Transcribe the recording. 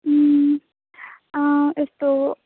उम् यस्तो